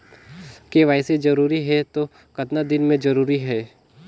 KYC जरूरी हे तो कतना दिन मे जरूरी है?